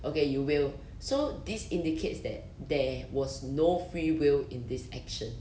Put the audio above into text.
okay you will so this indicates that there was no free will in this action